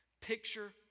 Picture